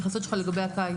רבה.